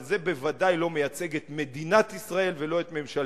אבל זה בוודאי לא מייצג את מדינת ישראל ולא את ממשלתה.